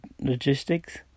Logistics